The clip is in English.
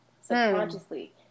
subconsciously